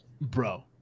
bro